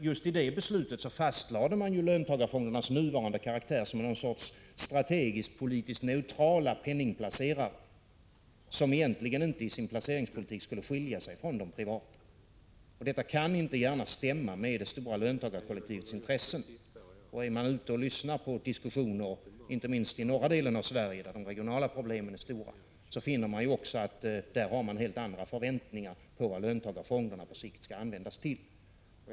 Just i det beslutet fastlade man löntagarfondernas nuvarande karaktär som någon sorts strategiskpolitiskt neutrala penningplacerare, som egentligen inte i sin placeringspolitik skulle skilja sig från de privata. Detta kan inte gärna stämma med det stora löntagarkollektivets intressen. Lyssnar man på diskussioner, inte minst i norra delen av Sverige, där de regionala problemen är stora, finner man också att förväntningarna är helt annorlunda på vad löntagarfonderna på sikt skall användas till.